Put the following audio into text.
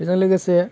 बेजों लोगोसे